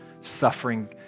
suffering